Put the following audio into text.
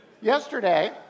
yesterday